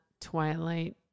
twilight